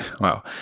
Wow